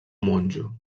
monjo